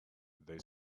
they